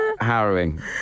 harrowing